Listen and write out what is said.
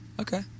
Okay